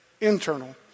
internal